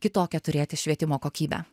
kitokią turėti švietimo kokybę